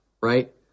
right